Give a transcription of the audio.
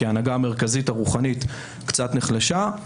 כי ההנהגה המרכזית הרוחנית קצת נחלשה,